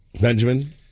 Benjamin